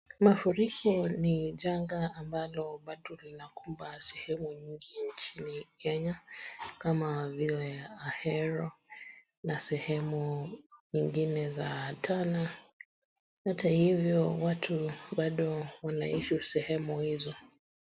Mafuriko ni janga ambalo bado linakumba sehemu nyingi nchini Kenya kama vile Ahero na sehemu ingine za Tana. Hata hivyo watu bado wanaishi sehemu hizo.